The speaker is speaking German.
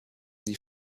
die